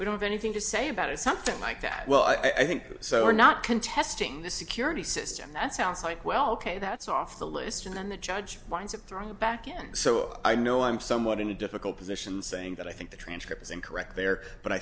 we don't have anything to say about it something like that well i think so we're not contesting the security system that sounds like well ok that's off the list and then the judge winds up throwing it back in so i know i'm somewhat in a difficult position saying that i think the transcript is incorrect there but i